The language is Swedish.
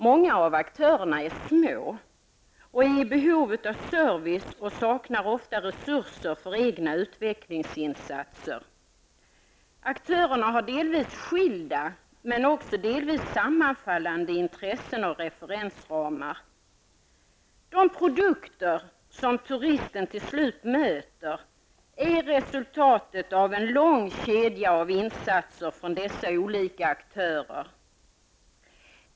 Många av aktörerna är små och är i behov av service, och de saknar ofta resurser för egna utvecklingsinsatser. Aktörerna har delvis skilda men också delvis sammanhållande intressen och referensramar. De produkter som turisten till slut möter är resultatet av en lång kedja av insatser från dessa olika aktörer.